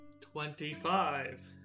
Twenty-five